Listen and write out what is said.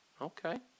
Okay